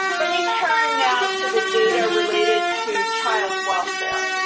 let me turn now to the data related to child welfare.